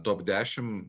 top dešim